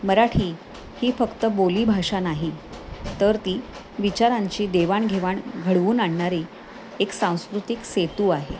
मराठी ही फक्त बोलीभाषा नाही तर ती विचारांची देवाणघेवाण घडवून आणणारी एक सांस्कृतिक सेतू आहे